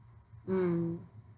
um